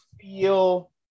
feel